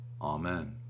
Amen